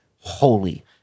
holy